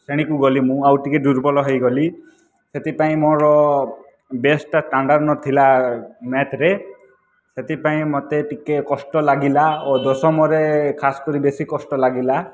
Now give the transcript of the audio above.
ଶ୍ରେଣୀକୁ ଗଲି ମୁଁ ଆଉ ଟିକିଏ ଦୁର୍ବଳ ହେଇଗଲି ସେଥିପାଇଁ ମୋର ବେଷ୍ଟଟା ଷ୍ଟାଣ୍ଡାର୍ଡ ନଥିଲା ମ୍ୟାଥ୍ରେ ସେଥିପାଇଁ ମୋତେ ଟିକିଏ କଷ୍ଟ ଲାଗିଲା ଓ ଦଶମରେ ଖାସ୍ କରି ବେଶୀ କଷ୍ଟ ଲାଗିଲା